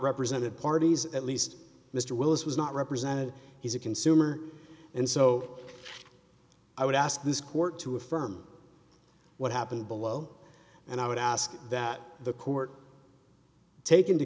represented parties at least mr willis was not represented he's a consumer and so i would ask this court to affirm what happened below and i would ask that the court take into